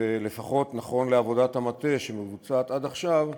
ונכון לפחות לעבודת המטה שמבוצעת עד עכשיו,